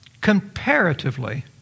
comparatively